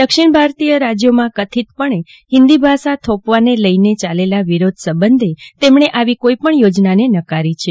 દક્ષિણ ભારતીય રાજયોમાં કથિતપણે હિન્દી ભાષા થોપવાને લઈ યાલેલ વિરોધ સંબંધે તેમણે આવી કોઈ પણ યોજનાને નકારી છે